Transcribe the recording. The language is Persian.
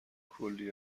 کلی